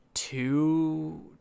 Two